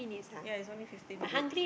ya it's only fifteen minutes